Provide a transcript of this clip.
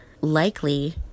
likely